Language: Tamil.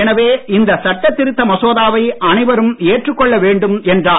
எனவே இந்த சட்ட திருத்த மசோதாவை அனைவரும் ஏற்று கொள்ள வேண்டும் என்றார்